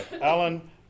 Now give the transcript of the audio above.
Alan